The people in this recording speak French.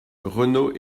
renaud